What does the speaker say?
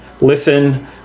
listen